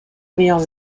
meilleures